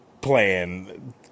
playing